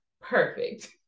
perfect